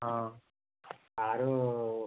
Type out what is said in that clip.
ହଁ ଆରୁ